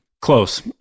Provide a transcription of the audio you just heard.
Close